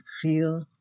feel